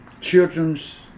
children's